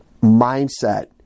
mindset